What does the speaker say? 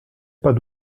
pas